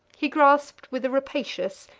he grasped with a rapacious,